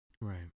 Right